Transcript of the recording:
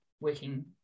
working